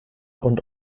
und